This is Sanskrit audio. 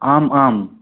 आम् आम्